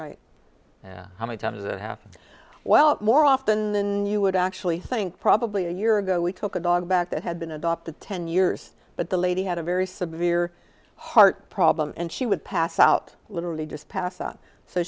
you how many times it happened well more often than you would actually think probably a year ago we took a dog back that had been adopted ten years but the lady had a very severe heart problem and she would pass out literally just passed out so